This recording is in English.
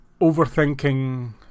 overthinking